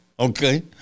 Okay